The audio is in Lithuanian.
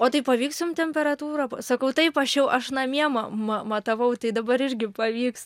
o tai pavyks jum temperatūrą pa sakau taip aš jau aš namie ma ma matavau tai dabar irgi pavyks